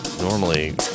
normally